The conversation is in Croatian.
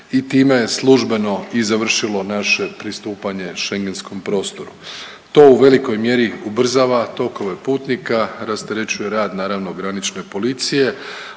i time je službeno i završilo naše pristupanje schengentskom prostoru. To u velikoj mjeri ubrzava tokove putnika, rasterećuje rad naravno granične policije,